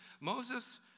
Moses